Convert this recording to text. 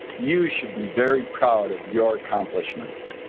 you should be very proud of your accomplishments.